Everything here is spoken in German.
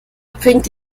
bringt